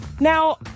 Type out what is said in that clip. Now